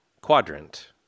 quadrant